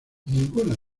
ninguna